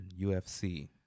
UFC